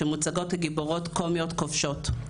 שמוצגות כגיבורות קומיות כובשות.